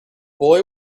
boy